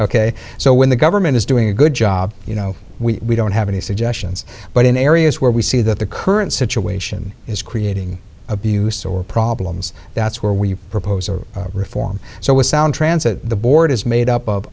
ok so when the government is doing a good job you know we don't have any suggestions but in areas where we see that the current situation is creating abuse or problems that's where we propose a reform so with sound transit the board is made up of